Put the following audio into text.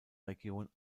region